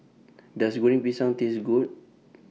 Does Goreng Pisang Taste Good